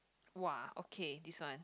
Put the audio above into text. !woah! okay this one